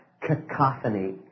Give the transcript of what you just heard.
Cacophony